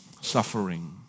suffering